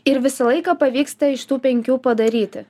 ir visą laiką pavyksta iš tų penkių padaryti